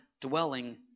dwelling